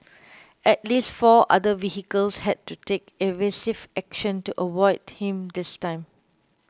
at least four other vehicles had to take evasive action to avoid him this time